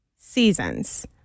seasons